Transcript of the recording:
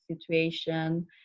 situation